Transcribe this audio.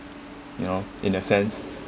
you know in the sense